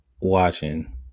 watching